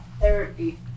therapy